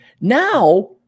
Now